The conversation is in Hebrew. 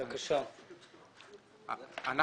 אנחנו